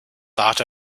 thought